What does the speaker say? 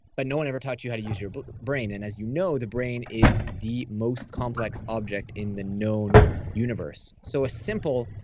but no one ever taught you how to use your brain and as you know, the brain is the most complex object in the known universe. so a simple,